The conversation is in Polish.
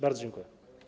Bardzo dziękuję.